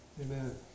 Amen